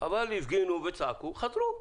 אבל הם הפגינו וצעקו, חזרו.